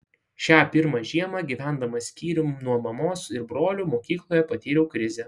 šią pirmą žiemą gyvendamas skyrium nuo mamos ir brolių mokykloje patyriau krizę